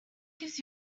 gives